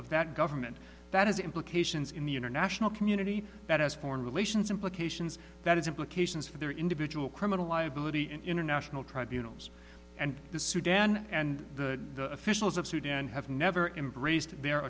of that government that has implications in the international community that has foreign relations implications that has implications for their individual criminal liability in international tribunals and the sudan and the officials of sudan have never embraced their